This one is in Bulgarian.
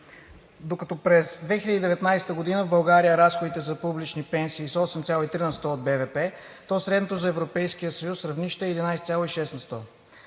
Докато през 2019 г. в България разходите за публични пенсии са 8,3 на сто от БВП, то средното за Европейския съюз равнище е 11,6